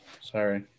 Sorry